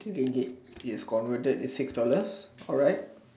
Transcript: Ringgit is converted to six dollars